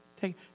take